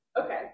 Okay